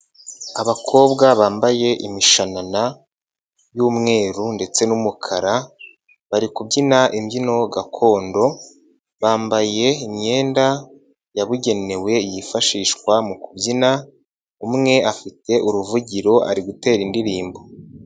Abakobwa bambaye imishanana y'umweru ndetse n'umukara bari kubyina imbyino gakondo, bambaye imyenda yabugenewe yifashishwa mu kubyina umwe afite uruvugiro ari gutera indirimbo.